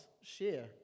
share